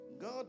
God